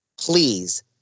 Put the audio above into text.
Please